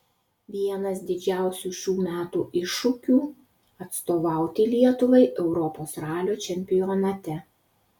vienas didžiausių šių metų iššūkių atstovauti lietuvai europos ralio čempionate